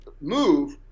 move